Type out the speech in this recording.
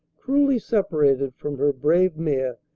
cruelly separated from her brave mayor,